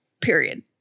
period